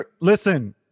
listen